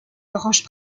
branche